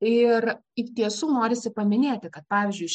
ir iš tiesų norisi paminėti kad pavyzdžiui